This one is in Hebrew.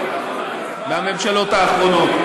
מהממשלות האחרונות,